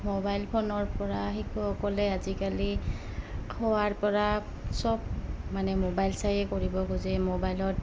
mobile ফোনৰ পৰা শিশুসকলে আজিকালি খোৱাৰ পৰা চব মানে মোবাইল চায়ে কৰিব খোজে মোবাইলত